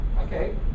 Okay